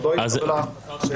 עוד לא התקבלה ההחלטה